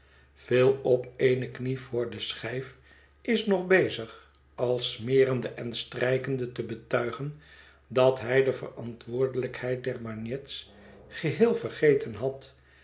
phil op eene knie voor de schijf is nog bezig al smerende en strijkende te betuigen dat hij de verantwoordelijkheid der bagnet's geheel vergeten had